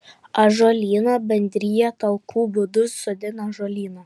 ąžuolyno bendrija talkų būdu sodina ąžuolyną